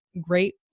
great